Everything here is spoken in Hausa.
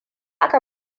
aka